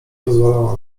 pozwalała